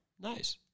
nice